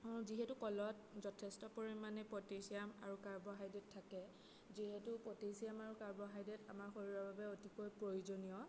যিহেতু কলত যথেষ্ট পৰিমাণে পটেছিয়াম আৰু কাৰ্বহাইড্ৰেট থাকে যিহেতু পটেছিয়াম আৰু কাৰ্বহাইড্ৰেট আমাৰ শৰীৰৰ বাবে অতিকৈ প্ৰয়োজনীয়